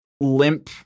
limp